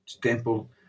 temple